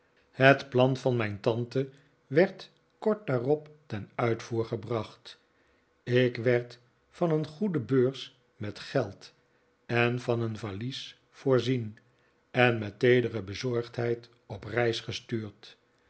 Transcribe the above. het plan van mijn tante werd kort daarop ten uitvoer gebracht ik werd van een goede beurs met geld en van een valies voorzien en met teedere bezorgdheid op reis gestuurd